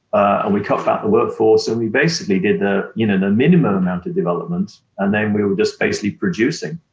and we cut back the workforce. so we basically did the you know the minimum amount of development and then we were just basically producing.